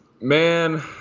Man